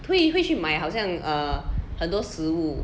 会会去买好像 err 很多食物